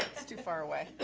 it's too far away.